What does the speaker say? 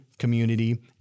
community